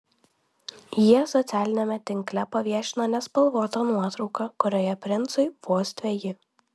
jie socialiniame tinkle paviešino nespalvotą nuotrauką kurioje princui vos dveji